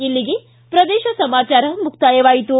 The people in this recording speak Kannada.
ಇಲ್ಲಿಗೆ ಪ್ರದೇಶ ಸಮಾಚಾರ ಮುಕ್ತಾಯವಾಯಿತು